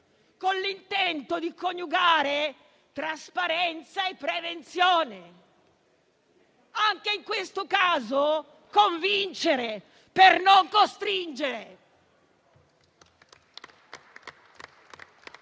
con l'intento di coniugare trasparenza e prevenzione. Anche in questo caso, convincere per non costringere